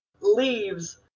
leaves